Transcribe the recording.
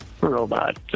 robot